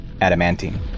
adamantine